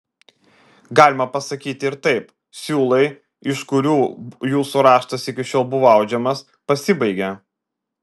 galima pasakyti ir taip siūlai iš kurių jūsų raštas iki šiol buvo audžiamas pasibaigė